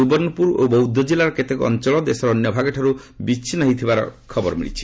ସୁବର୍ଣ୍ଣପୁର ଓ ବୌଦ୍ଧ ଜିଲ୍ଲାର କେତେକ ଅଞ୍ଚଳ ଦେଶର ଅନ୍ୟ ଭାଗଠାରୁ ବିଚ୍ଛିନ୍ନ ହୋଇଥିବାର ଖବର ମିଳିଛି